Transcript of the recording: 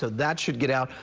so that should get out.